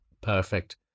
Perfect